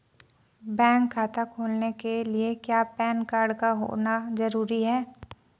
Bank खाता खोलने के लिए क्या पैन कार्ड का होना ज़रूरी है?